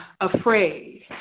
afraid